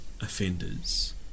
offenders